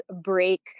break